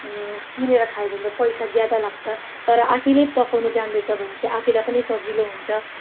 किनेर खायो भने त पैसा ज्यादा लाग्छ तर आफैले पकाउनु जान्दछ भने चाहिँ आफूलाई सजिलो हुन्छ